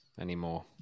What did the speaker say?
anymore